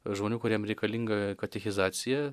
žmonių kuriem reikalinga katechizacija